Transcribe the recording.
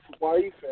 wife